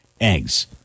eggs